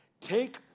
take